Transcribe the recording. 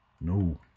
no